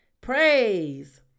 praise